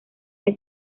que